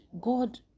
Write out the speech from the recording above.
god